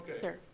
sir